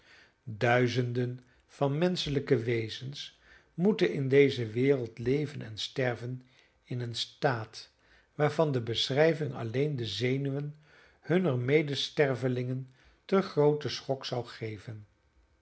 duizenden van menschelijke wezens moeten in deze wereld leven en sterven in een staat waarvan de beschrijving alleen de zenuwen hunner medestervelingen te grooten schok zou geven